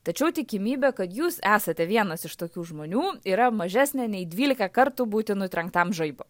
tačiau tikimybė kad jūs esate vienas iš tokių žmonių yra mažesnė nei dvylika kartų būti nutrenktam žaibo